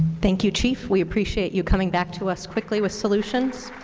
thank you, chief. we appreciate you coming back to us quickly with solutions